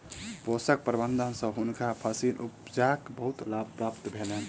पोषक प्रबंधन सँ हुनका फसील उपजाक बहुत लाभ प्राप्त भेलैन